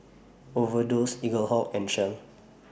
Overdose Eaglehawk and Shell